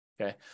Okay